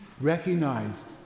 recognized